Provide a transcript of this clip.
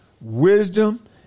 wisdom